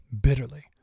bitterly